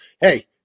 hey